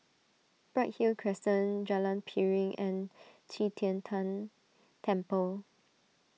Bright Hill Crescent Jalan Piring and Qi Tian Tan Temple